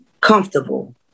comfortable